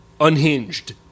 Unhinged